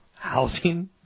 Housing